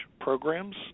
programs